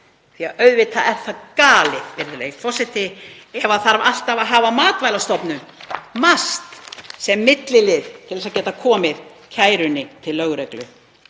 brott. Auðvitað er það galið, virðulegi forseti, ef það þarf alltaf að hafa Matvælastofnun, MAST, sem millilið til að geta komið kærunni til lögreglu.